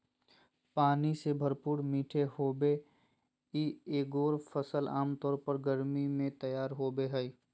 पानी से भरपूर मीठे होबो हइ एगोर फ़सल आमतौर पर गर्मी में तैयार होबो हइ